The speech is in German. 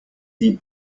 die